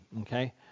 okay